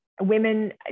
women